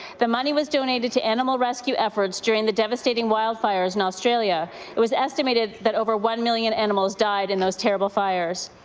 the money was donated to animal rescue efforts during the devastating wildfires in australia it was estimated that over one million animals died in the terrible fires.